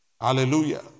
Hallelujah